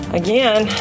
again